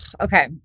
Okay